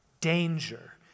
danger